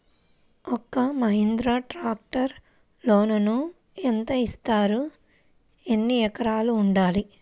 ఒక్క మహీంద్రా ట్రాక్టర్కి లోనును యెంత ఇస్తారు? ఎన్ని ఎకరాలు ఉండాలి?